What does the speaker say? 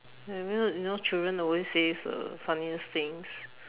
you know you know children always say funniest things